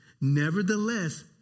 nevertheless